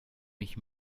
mich